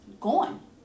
gone